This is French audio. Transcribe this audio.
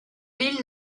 ville